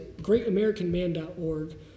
greatamericanman.org